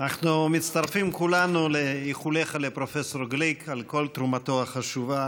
אנחנו מצטרפים כולנו לאיחוליך לפרופ' גליק על כל תרומתו החשובה